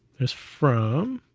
there's from,